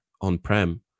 on-prem